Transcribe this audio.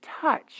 touch